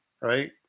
right